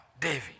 David